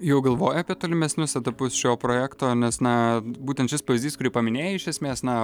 jau galvoji apie tolimesnius etapus šio projekto nes na būtent šis pavyzdys kurį paminėjai iš esmės na